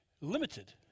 limited